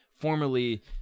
formerly